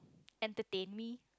entertain me